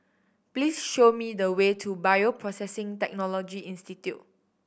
please show me the way to Bioprocessing Technology Institute